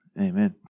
Amen